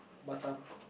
Batam